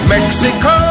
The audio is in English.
Mexico